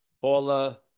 Paula